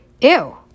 Ew